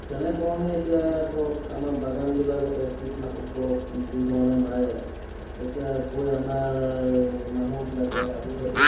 যেনে ধৰণে এতিয়া ধৰক আমাৰ বাগানবিলাকতে কীটনাশক দৰৱ যি ধৰণে মাৰে এতিয়া গৈ আমাৰ মানুহবিলাকে আজিকালি